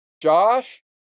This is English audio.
Josh